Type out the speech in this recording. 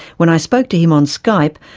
when i spoke to him on skype,